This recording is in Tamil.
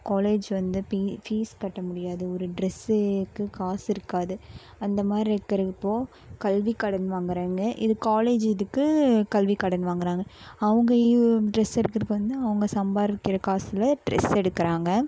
காலேஜ் வந்து பீ ஃபீஸ் கட்ட முடியாது ஒரு டிரெஸ்ஸுக்கு காசு இருக்காது அந்த மாதிரி இருக்குறப்போ கல்விக்கடன் வாங்குறாங்க இது காலேஜ் இதுக்கு கல்விக்கடன் வாங்குறாங்க அவங்க யூ டிரெஸ் எடுக்கறதுக்கு வந்து அவங்க சம்பாதிக்கிற காசில் டிரெஸ் எடுக்கிறாங்க